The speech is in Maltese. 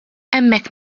hemmhekk